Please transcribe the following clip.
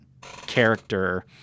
character